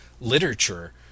literature